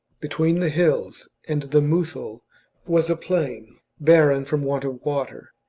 between the hills and the muthul was a plain, barren from want of water,